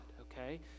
okay